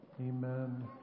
Amen